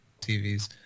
TVs